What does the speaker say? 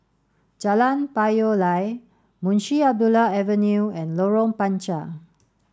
Jalan Payoh Lai Munshi Abdullah Avenue and Lorong Panchar